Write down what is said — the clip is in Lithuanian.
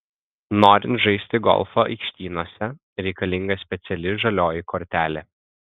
norint žaisti golfą aikštynuose reikalinga speciali žalioji kortelė